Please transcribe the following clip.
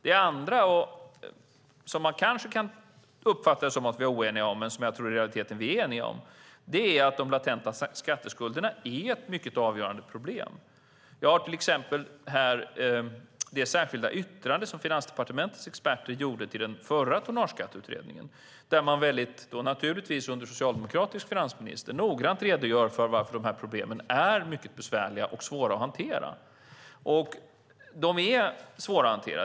Den andra, som man kanske kan uppfatta det som att vi är oeniga om men som jag tror att vi i realiteten är eniga om, är att de latenta skatteskulderna är ett mycket avgörande problem. Jag har till exempel här framför mig det särskilda yttrande som Finansdepartementets experter gjorde till den förra tonnageskatteutredningen där man, naturligtvis under en socialdemokratisk finansminister, noggrant redogör för varför de här problemen är mycket besvärliga och svåra att hantera. De är svåra att hantera.